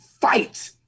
fight